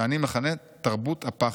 שאני מכנה 'תרבות הפחד',